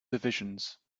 divisions